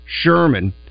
Sherman